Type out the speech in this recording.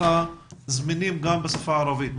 זמינים גם בשפה הערבית?